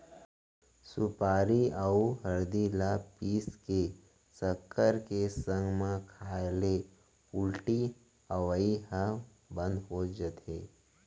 सुपारी अउ हरदी ल पीस के सक्कर के संग म खाए ले उल्टी अवई ह बंद हो जाथे